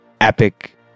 epic